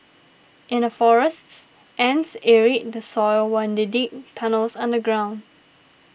in the forests ants aerate the soil when they dig tunnels underground